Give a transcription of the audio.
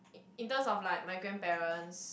in terms of like my grandparents